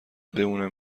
بمونم